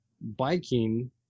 Biking